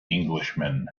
englishman